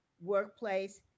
workplace